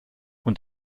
und